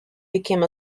became